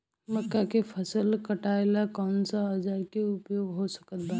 मक्का के फसल कटेला कौन सा औजार के उपयोग हो सकत बा?